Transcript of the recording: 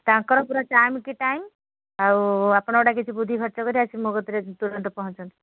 ତାଙ୍କର ପୁରା ଟାଇମ୍ କି ଟାଇମ୍ ଆଉ ଆପଣ କିଛି ଗୋଟେ ବୁଦ୍ଧି ଖର୍ଚ୍ଚ କରି ଆସିକି ମୋ କତିରେ ତୁରନ୍ତ ପହଞ୍ଚନ୍ତୁ